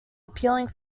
appealing